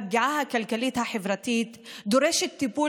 והפגיעה הכלכלית והחברתית דורשות טיפול